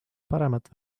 paremat